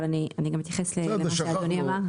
אבל אני אתייחס גם למה שאדוני אמר.